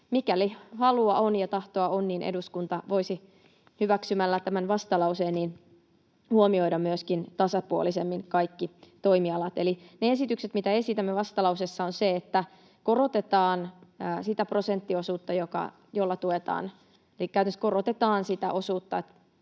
mikäli halua on ja tahtoa on, niin eduskunta voisi hyväksymällä tämän vastalauseen myöskin huomioida tasapuolisemmin kaikki toimialat. Eli ne esitykset, mitä esitämme vastalauseessa, ovat sellaisia, että korotetaan sitä prosenttiosuutta eli